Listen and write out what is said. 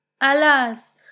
Alas